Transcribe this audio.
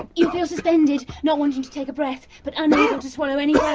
you'll feel suspended. not wanting to take a breath, but unable to swallow any yeah